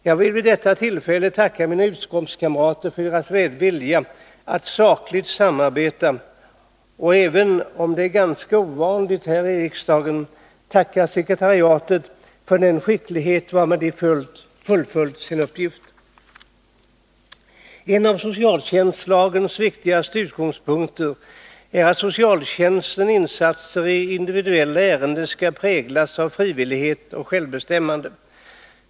Jag vill vid detta tillfälle tacka mina utskottskamrater för deras vilja att ;: 3 z ö 7 sakligt samarbeta och jag vill — även om det är ganska ovanligt här i kammaren — tacka sekretariatet för den skicklighet varmed det fullföljt sin uppgift. En av socialtjänstlagens viktigaste utgångspunkter är att socialtjänstens insatser i individuella ärenden skall präglas av frivillighet och självbestämmande.